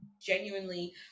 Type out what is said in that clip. genuinely